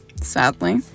sadly